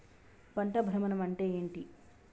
పంట భ్రమణం అంటే ఏంటి?